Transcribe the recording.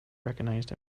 recognized